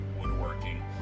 Woodworking